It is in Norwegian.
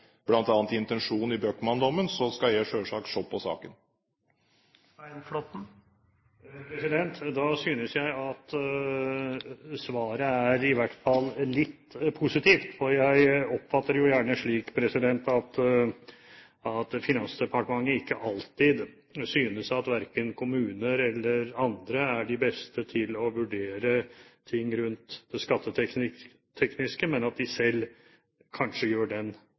i hvert fall litt positivt. Jeg oppfatter det gjerne slik at Finansdepartementet ikke alltid synes at verken kommuner eller andre er de beste til å vurdere ting rundt det skattetekniske, men at de selv kanskje gjør den